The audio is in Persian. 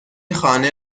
خانه